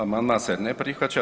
Amandman se ne prihvaća.